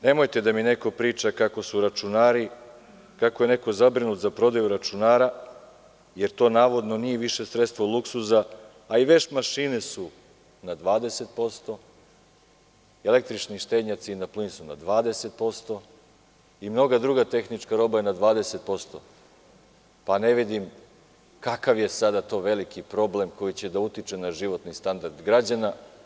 Nemojte da nam neko priča kako je neko zabrinut za prodaju računara jer to navodno nije više sredstvo luksuza, a i veš mašine su na 20%, električni štednjaci na plin su na 20% i mnoga druga tehnička roba je na 20% pa ne vidim kakav je to sada veliki problem koji će da utiče na životni standard građana.